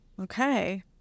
Okay